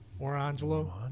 Orangelo